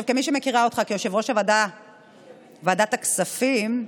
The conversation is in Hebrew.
כמי שמכירה אותך כיושב-ראש ועדת הכספים,